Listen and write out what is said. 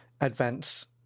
advance